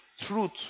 truth